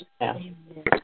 Amen